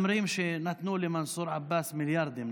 אומרים שנתנו למנסור עבאס מיליארדים,